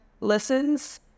listens